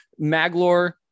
Maglor